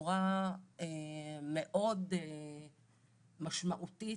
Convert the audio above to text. בצורה מאוד משמעותית,